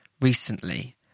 recently